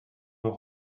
will